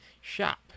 shop